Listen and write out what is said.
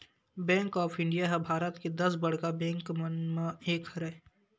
bank of India ह भारत के दस बड़का बेंक मन म एक हरय